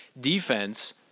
defense